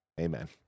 Amen